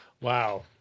Wow